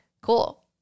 cool